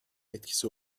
etkisi